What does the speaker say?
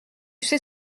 sais